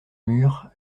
murs